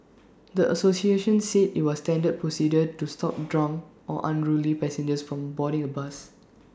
the associations said IT was standard procedure to stop drunk or unruly passengers from boarding A bus